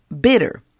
bitter